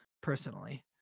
personally